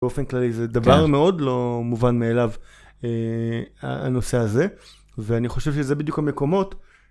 באופן כללי זה דבר מאוד לא מובן מאליו הנושא הזה. ואני חושב שזה בדיוק המקומות